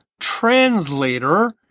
translator